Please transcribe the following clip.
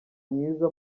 mwiza